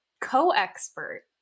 co-expert